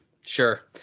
Sure